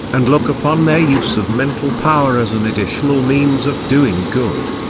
and look upon their use of mental power as an additional means of doing good.